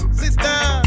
sister